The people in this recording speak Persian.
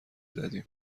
زدیم